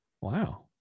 Wow